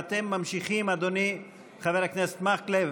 אדוני חבר הכנסת מקלב,